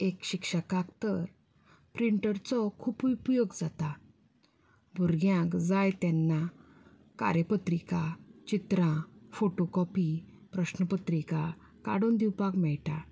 एक शिक्षकाक तर प्रिंटरचो खूब उपयोग जाता भुरग्यांक जाय तेन्ना कार्यपत्रिका चित्रां फोटो कॉपी प्रस्न पत्रिका काडून दिवपाक मेळटा